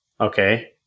okay